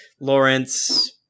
Lawrence